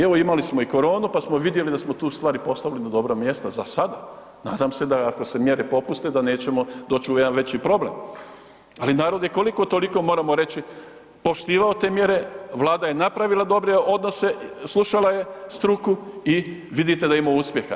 Evo imali smo i koronu, pa smo vidjeli da smo tu stvari postavili na dobro mjesto zasada, nadam se da ako se mjere popuste, da nećemo doći u jedan veći problem, ali narod je koliko-toliko moramo reći, poštivao te mjere, Vlada je napravila dobre odnose, slušala je struku i vidite da imamo uspjeha.